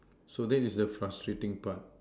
so that is the frustrating part